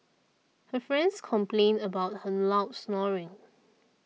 her friends complained about her loud snoring